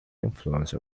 influence